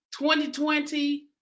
2020